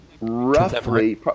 Roughly